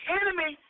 enemy